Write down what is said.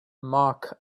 mark